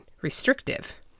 restrictive